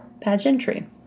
pageantry